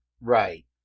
right